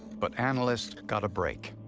but analysts got a break.